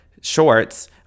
shorts